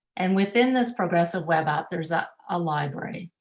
and within this progressive web app, there's ah a library.